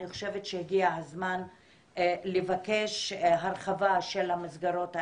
אני חושבת שהגיע הזמן לבקש הרחבה של המסגרות האלה.